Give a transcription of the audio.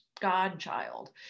godchild